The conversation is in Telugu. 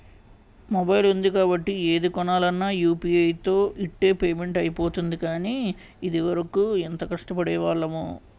మొబైల్ ఉంది కాబట్టి ఏది కొనాలన్నా యూ.పి.ఐ తో ఇట్టే పేమెంట్ అయిపోతోంది కానీ, ఇదివరకు ఎంత కష్టపడేవాళ్లమో